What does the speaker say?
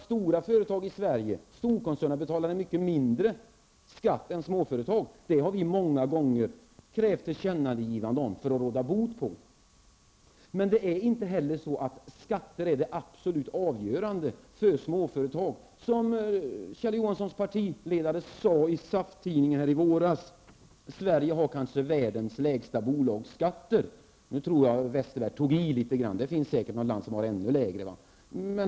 Stora företag i Sverige betalar mycket mindre skatt än småföretag. Där har vi många gånger krävt ett tillkännagivande för att råda bot på problemen. Men det är inte heller så att skatter är det absolut avgörande för småföretag. Som Kjell Johanssons partiledare sade i SAF-Tidningen i våras har Sverige kanske världens lägsta bolagsskatter. Nu tror jag att Bengt Westerberg tog i litet, för det finns säkert länder där skatten är ännu lägre.